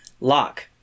Lock